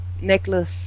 necklace